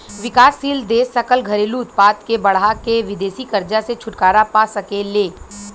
विकासशील देश सकल घरेलू उत्पाद के बढ़ा के विदेशी कर्जा से छुटकारा पा सके ले